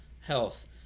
health